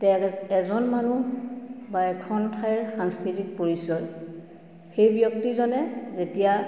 এজন মানুহ বা এখন ঠাইৰ সাংস্কৃতিক পৰিচয় সেই ব্যক্তিজনে যেতিয়া